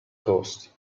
coast